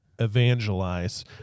evangelize